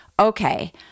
Okay